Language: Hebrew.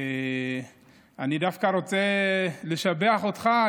אני דווקא רוצה לשבח אותך.